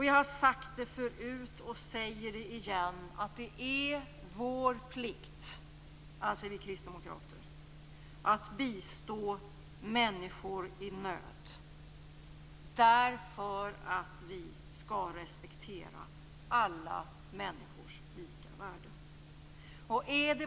Jag har tidigare sagt och säger igen att vi kristdemokrater anser att det är vår plikt att bistå människor i nöd därför att vi skall respektera alla människors lika värde.